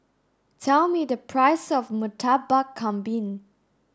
tell me the price of Murtabak Kambing